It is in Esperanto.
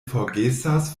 forgesas